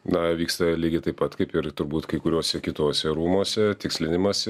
na vyksta lygiai taip pat kaip ir turbūt kai kuriuose kituose rūmuose tikslinimas